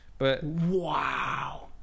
Wow